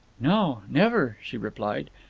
no, never, she replied.